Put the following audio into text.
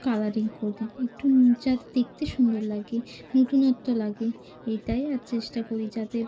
colouring করি একটু যাতে দেখতে সুন্দর লাগে নতুনত্ব লাগে এটাই আর চেষ্টা করি যাতে